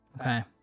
Okay